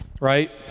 Right